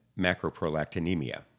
macroprolactinemia